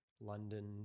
London